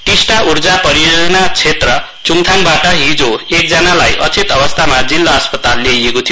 टिस्टा ऊर्जा परियोजना क्षेत्र च्डथाङबाट हिजो एकजनालाई अचेत अवस्थामा जिल्ला अस्पताल ल्याइएको थियो